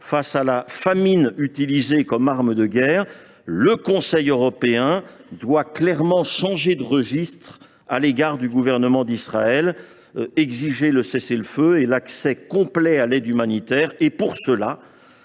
face à la famine utilisée comme arme de guerre, le Conseil européen doit clairement changer de registre à l’égard du gouvernement d’Israël et exiger le cessez le feu et l’accès complet à l’aide humanitaire. Pour cela,